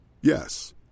Yes